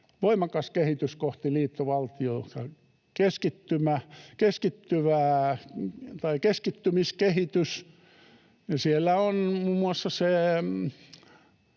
voimakas kehitys, kohti liittovaltiota, keskittymiskehitys. Ja siellä on muun muassa se